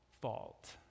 fault